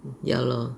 ya lor